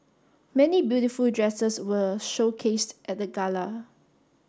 many beautiful dresses were showcased at the gala